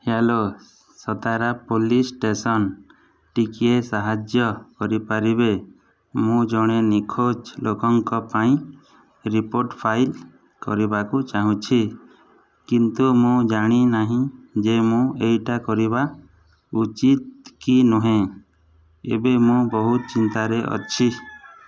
hello Satara police station ଟିକିଏ ସାହାଯ୍ୟ କରିପାରିବେ ମୁଁ ଜଣେ ନିଖୋଜ ଲୋକଙ୍କ ପାଇଁ ରିପୋର୍ଟ ଫାଇଲ୍ କରିବାକୁ ଚାହୁଁଛି କିନ୍ତୁ ମୁଁ ଜାଣିନାହିଁ ଯେ ମୁଁ ଏଇଟା କରିବା ଉଚିତ୍ କି ନୁହେଁ ଏବେ ମୁଁ ବହୁତ ଚିନ୍ତାରେ ଅଛି